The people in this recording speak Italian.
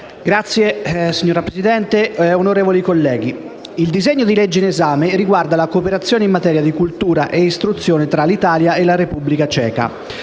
*relatore*. Signora Presidente, onorevoli colleghi, il disegno di legge in esame riguarda la cooperazione in materia di cultura e istruzione tra l'Italia e la Repubblica ceca.